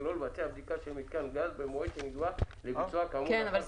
שלא לבצע בדיקה של מיתקן הגז במועד שנקבע לביצועה כאמור,